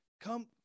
come